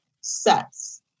sets